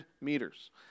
meters